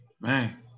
man